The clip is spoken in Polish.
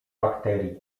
bakterii